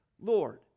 Lord